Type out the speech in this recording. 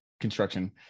construction